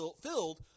filled